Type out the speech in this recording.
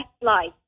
life